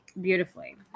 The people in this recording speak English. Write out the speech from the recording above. beautifully